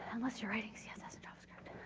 unless you're writing css in javascript.